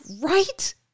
Right